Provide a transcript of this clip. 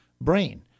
brain